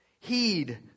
Heed